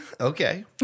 Okay